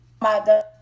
mother